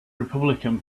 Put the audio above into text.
republican